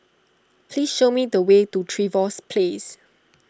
please show me the way to Trevose Place